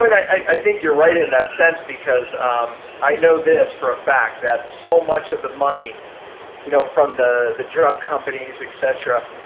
i think you're right in that sense because um i know this for a fact, that so much of the money you know from the the drug companies, etc